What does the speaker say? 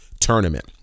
Tournament